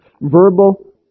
verbal